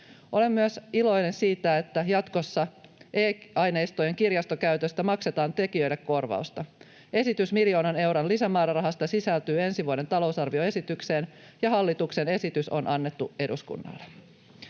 Olen myös iloinen siitä, että jatkossa e-aineistojen kirjastokäytöstä maksetaan tekijöille korvausta. Esitys miljoonan euron lisämäärärahasta sisältyy ensi vuoden talousarvioesitykseen, ja hallituksen esitys on annettu eduskunnalle.